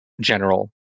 General